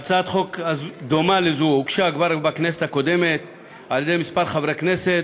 שהצעת חוק דומה לזו הוגשה כבר בכנסת הקודמת על-ידי כמה חברי כנסת,